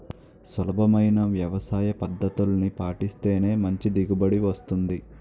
సులభమైన వ్యవసాయపద్దతుల్ని పాటిస్తేనే మంచి దిగుబడి వస్తుంది